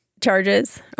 charges